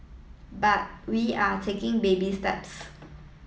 but we are taking baby steps